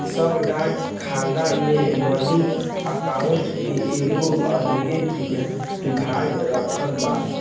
सब डाक खाना मे मनी आर्डर के एगो अलगे विभाग रखल बा